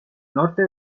norte